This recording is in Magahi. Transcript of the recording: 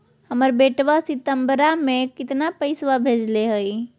हमर बेटवा सितंबरा में कितना पैसवा भेजले हई?